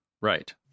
Right